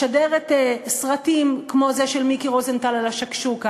לשדר סרטים כמו זה של מיקי רוזנטל על השקשוקה,